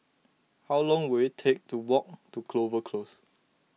how long will it take to walk to Clover Close